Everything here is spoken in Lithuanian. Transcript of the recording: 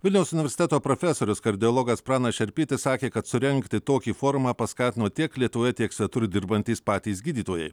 vilniaus universiteto profesorius kardiologas pranas šerpytis sakė kad surengti tokį forumą paskatino tiek lietuvoje tiek svetur dirbantys patys gydytojai